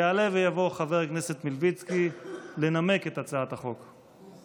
יעלה ויבוא חבר הכנסת מלביצקי לנמק את הצעת החוק.